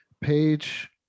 page